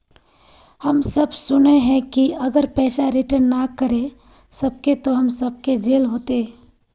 हम सब सुनैय हिये की अगर पैसा रिटर्न ना करे सकबे तो हम सब के जेल होते?